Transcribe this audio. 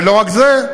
ולא רק זה,